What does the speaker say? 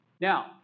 Now